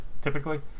typically